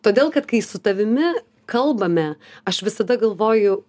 todėl kad kai su tavimi kalbame aš visada galvoju